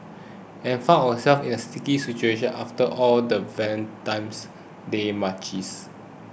and found ourselves in a sticky situation after all the Valentine's Day munchies